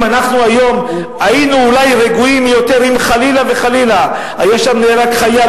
אנחנו היום היינו אולי רגועים יותר אם חלילה וחלילה היה נהרג שם חייל.